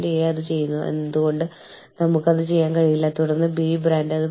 നിങ്ങൾ വിദേശ രാജ്യത്ത് ആരുടെയെങ്കിലും കുട്ടികളുടെ വിദ്യാഭ്യാസത്തിനായി നഷ്ടപരിഹാരം നൽകിയാൽ